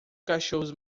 cachorros